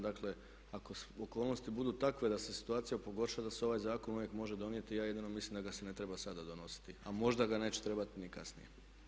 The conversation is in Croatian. Dakle, ako okolnosti budu takve da se situacija pogorša, da se ovaj zakon uvijek može donijeti, ja jedino mislim da ga se ne treba sada donositi, a možda ga neće trebati ni kasnije.